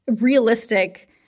realistic